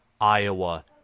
Iowa